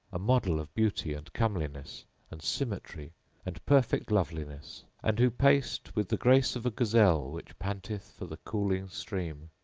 a model of beauty and comeliness and symmetry and perfect loveliness and who paced with the grace of a gazelle which panteth for the cooling stream.